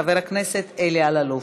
חבר הכנסת אלי אלאלוף,